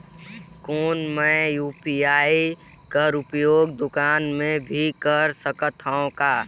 कौन मै यू.पी.आई कर उपयोग दुकान मे भी कर सकथव का?